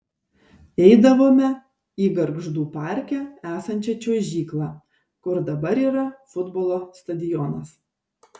eidavome į gargždų parke esančią čiuožyklą kur dabar yra futbolo stadionas